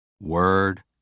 Word